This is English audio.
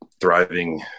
thriving